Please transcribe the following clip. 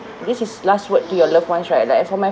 this is last word to your loved ones right like for my